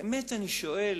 באמת אני שואל,